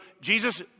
Jesus